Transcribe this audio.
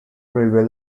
railway